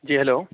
جی hello